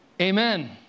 Amen